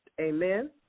amen